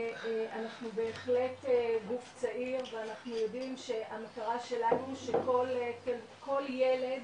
גוף צעיר ואנחנו יודעים שהמטרה שלנו שכל ילד